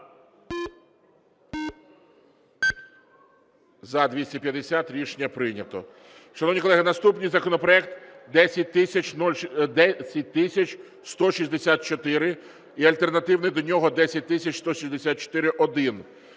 За-250 Рішення прийнято. Шановні колеги, наступний законопроект 10164 і альтернативний до нього 10164-1.